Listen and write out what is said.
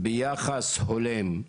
ביחס הולם.